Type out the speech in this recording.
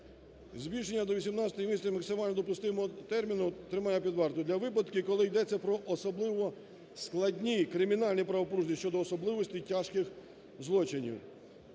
збільшення до 18 місяців максимально допустимого терміну тримання під вартою для випадків, коли йдеться про особливо складні кримінальні правопорушення щодо особливості тяжких злочинів;